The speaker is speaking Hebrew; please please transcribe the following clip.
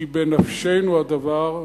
כי בנפשנו הדבר,